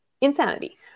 Insanity